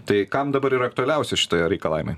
tai kam dabar yra aktualiausi šitie reikalavimai